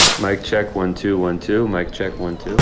mic check one two one two. mic check one two.